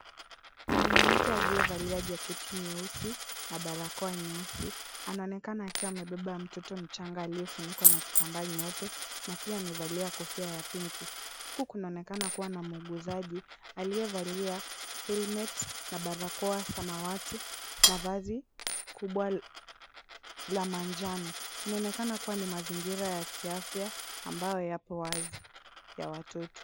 Mwanamke aliyevalia jaketi nyeusi na barakoa nyeusi, anaonekana akiwa amebeba mtoto mchanga aliyefunikwa na kitambaa nyeupe na pia amevalia kofia ya pinki. Huku kunaonekana kuwa na muuguzaji aliyevalia helmet na barakoa samawati na vazi kubwa la manjano. Inaonekana kuwa ni mazingira ya kiafya ambayo yapo wazi ya watoto.